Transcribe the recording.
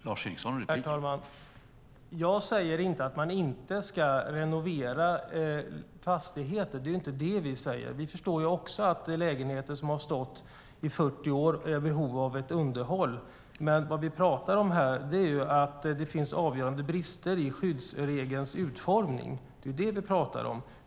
Herr talman! Jag säger inte att man inte ska renovera fastigheter. Vi förstår också att lägenheter som har stått i 40 år är i behov av ett underhåll. Men vad vi talar om här är att det finns avgörande brister i skyddsregelns utformning.